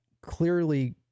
clearly